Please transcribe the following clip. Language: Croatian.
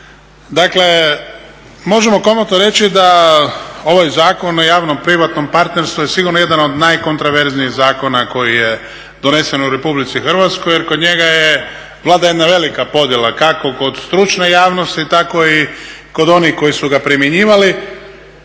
Dakle, možemo komotno reći da ovaj Zakon o javno-privatnom partnerstvu je sigurno jedan od najkontraverznijih zakona koji je donesen u RH jer kod njega je, vlada jedna velika podjela kako kod stručne javnosti, tako i kod onih koji su ga primjenjivali.